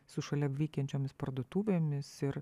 su šalia veikiančiomis parduotuvėmis ir